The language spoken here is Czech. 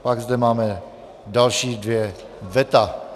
Pak zde máme další dvě veta.